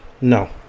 No